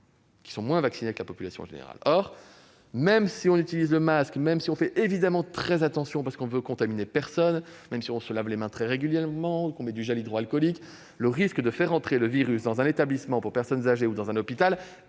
sont moins vaccinées que la population générale. Même si l'on utilise le masque, même si l'on fait très attention parce que l'on ne veut contaminer personne, même si l'on se lave les mains très régulièrement ou que l'on utilise du gel hydroalcoolique, le risque de faire entrer le virus dans un établissement pour personnes âgées ou dans un hôpital